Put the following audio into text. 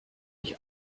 ich